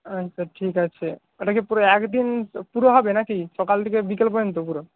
আচ্ছা ঠিক আছে ওটা কি পুরো একদিন পুরো হবে নাকি সকাল থেকে বিকেল পর্যন্ত পুরো